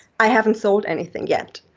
i haven't sold anything yet.